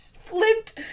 Flint